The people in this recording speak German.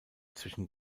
zwischen